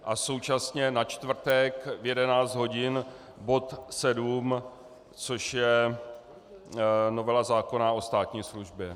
A současně na čtvrtek v 11 hodin bod 7, což je novela zákona o státní službě.